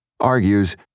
argues